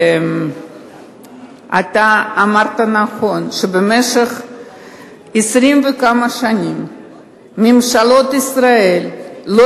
אתה אמרת נכון שבמשך 20 וכמה שנים ממשלות ישראל לא